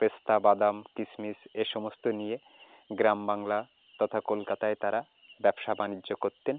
পেস্তা বাদাম কিশমিশ এসমস্ত নিয়ে গ্রামবাংলা তথা কলকাতায় তারা ব্যবসা বাণিজ্য করতেন